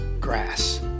grass